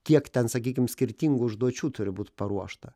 kiek ten sakykim skirtingų užduočių turi būt paruošta